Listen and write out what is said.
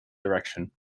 direction